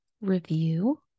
review